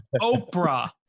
Oprah